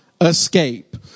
escape